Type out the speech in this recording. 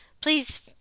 please